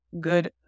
good